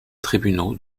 tribunaux